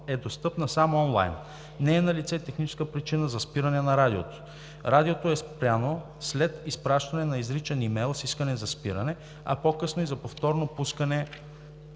е достъпна само онлайн. Не е налице техническа причина за спиране на Радиото. Радиото е спряно след изпращане на изричен имейл с искане за спиране, а по-късно и за повторно пускане